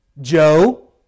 Joe